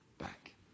back